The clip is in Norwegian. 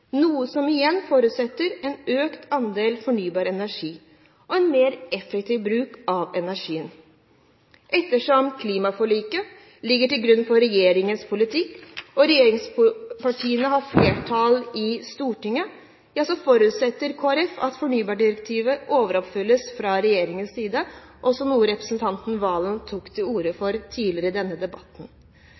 noe som igjen forutsetter en økt andel fornybar energi og en mer effektiv bruk av energien. Ettersom klimaforliket ligger til grunn for regjeringens politikk og regjeringspartiene har flertall i Stortinget, forutsetter Kristelig Folkeparti at fornybardirektivet overoppfylles fra regjeringens side, noe også representanten Serigstad Valen tok til orde for tidligere i denne debatten.